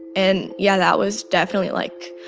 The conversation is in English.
and yeah, that was definitely, like,